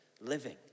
living